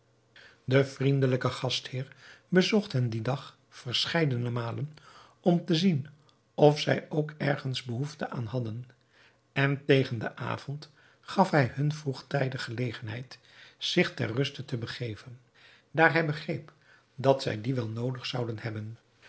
de vriendelijke gastheer bezocht hen dien dag verscheidene malen om te zien of zij ook ergens behoefte aan hadden en tegen den avond gaf hij hun vroegtijdig gelegenheid zich ter ruste te begeven daar hij begreep dat zij die wel noodig zouden hebben